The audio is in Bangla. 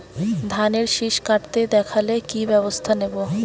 ধানের শিষ কাটতে দেখালে কি ব্যবস্থা নেব?